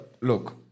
look